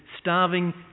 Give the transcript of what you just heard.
starving